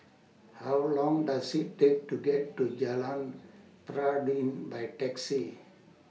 How Long Does IT Take to get to Jalan Peradun By Taxi